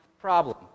problem